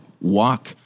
walk